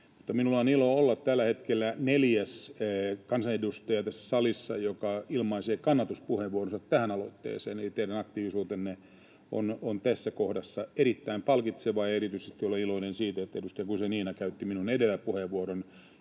minulla on ilo olla tällä hetkellä tässä salissa neljäs kansanedustaja, joka ilmaisee kannatuspuheenvuoronsa tähän aloitteeseen, eli teidän aktiivisuutenne on tässä kohdassa erittäin palkitsevaa. Erityisesti olen iloinen siitä, että edustaja Guzenina käytti minun edelläni puheenvuoron